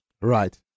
Right